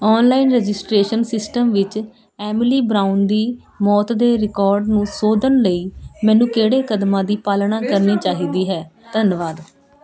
online registration system ਵਿੱਚ Emily Brown ਦੀ ਮੌਤ ਦੇ ਰਿਕੋਰਡ ਨੂੰ ਸੋਧਣ ਲਈ ਮੈਨੂੰ ਕਿਹੜੇ ਕਦਮਾਂ ਦੀ ਪਾਲਣਾ ਕਰਨੀ ਚਾਹੀਦੀ ਹੈ ਧੰਨਵਾਦ